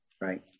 right